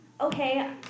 Okay